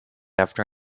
after